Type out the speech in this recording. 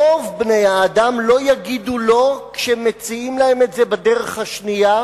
רוב בני-האדם לא יגידו לא כשמציעים להם את זה בדרך השנייה.